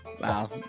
Wow